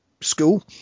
school